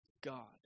God